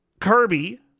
Kirby